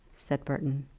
said burton.